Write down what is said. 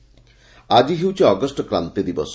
କାନ୍ତି ଦିବସ ଆକି ହେଉଛି ଅଗଷ୍ କ୍ରାନ୍ତି ଦିବସ